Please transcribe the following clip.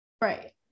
Right